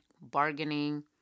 bargaining